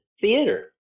theater